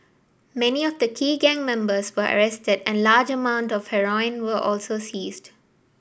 many of the key gang members were arrested and large amount of heroin were also seized